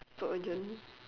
so urgent